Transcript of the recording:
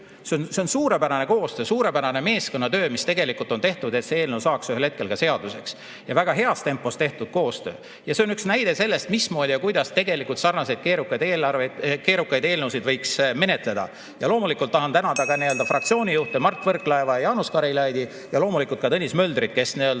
See on suurepärane koostöö, suurepärane meeskonnatöö, mida on tehtud, et see eelnõu saaks ühel hetkel ka seaduseks, ja väga heas tempos tehtud koostöö. See on üks näide sellest, mismoodi tegelikult samasuguseid keerukaid eelnõusid võiks menetleda. Loomulikult tahan tänada ka fraktsioonijuhte Mart Võrklaeva ja Jaanus Karilaidi ja ka Tõnis Möldrit, kes tegi